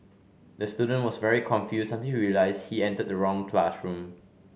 the student was very confused until he realized he entered the wrong classroom